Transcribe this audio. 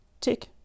tick